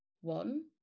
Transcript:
one